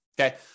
Okay